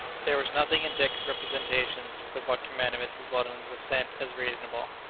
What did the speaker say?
there was nothing in dick's representations but what commanded mrs. weldon's assent as reasonable.